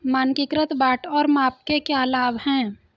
मानकीकृत बाट और माप के क्या लाभ हैं?